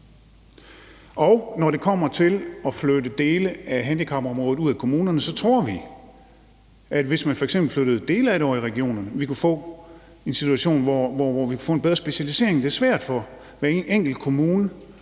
Når det kommer til at flytte dele af handicaprådet ud af kommunerne, tror vi, at hvis man f.eks. flyttede dele af det over i regionen, så kunne vi få en situation, hvor vi får en bedre specialisering. Det er svært for en enkelt kommune